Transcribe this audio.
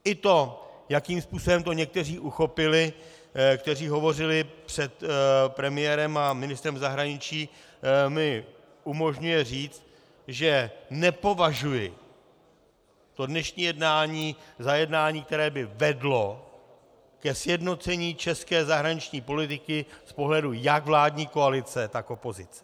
I to, jakým způsobem to někteří uchopili, kteří hovořili před premiérem a ministrem zahraničí, mně umožňuje říct, že nepovažuji to dnešní jednání za jednání, které by vedlo ke sjednocení české zahraniční politiky z pohledu jak vládní koalice, tak opozice.